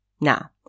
Now